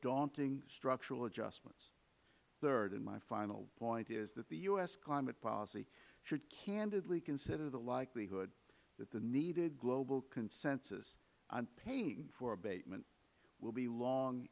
daunting structural adjustments third and my final point is that the u s climate policy should candidly consider the likelihood that the needed global consensus on paying for abatement will be long